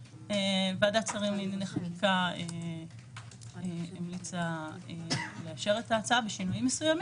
ועדת השרים לענייני חקיקה המליצה לאשר את ההצעה בשינויים מסוימים.